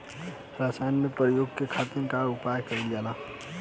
रसायनिक के प्रयोग करे खातिर का उपयोग कईल जाला?